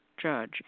judge